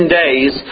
days